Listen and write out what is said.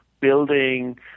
building